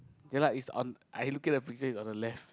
ya lah is on I look at the present is on the left